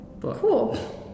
cool